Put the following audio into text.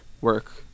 work